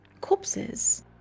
corpses